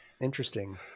interesting